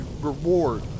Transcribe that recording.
reward